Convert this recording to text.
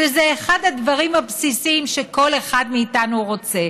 שזה אחד הדברים הבסיסיים שכל אחד מאיתנו רוצה.